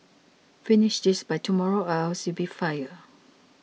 finish this by tomorrow or else you'll be fired